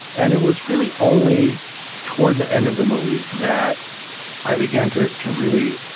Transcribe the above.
and it was really only toward the end of the movie that i began to to really